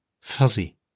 fuzzy